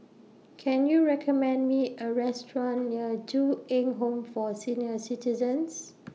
Can YOU recommend Me A Restaurant near Ju Eng Home For Senior Citizens